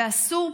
ואסור,